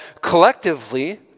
collectively